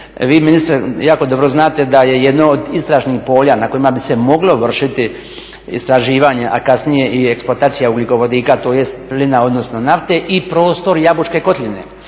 vi ministre jako dobro znate da je jedno od istražnih polja na kojima bi se moglo vršiti istraživanja a kasnije i eksploatacija ugljikovodika tj. plina odnosno nafte i prostor Jabučke kotline.